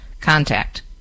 contact